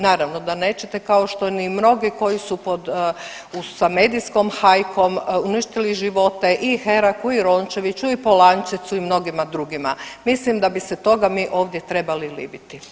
Naravno da nećete, kao što ni mnogi koji su pod sa medijskom hajkom uništili živote i Heraku i Rončeviću i Polančecu i mnogima drugima, mislim da bi se toga mi ovdje trebali libiti.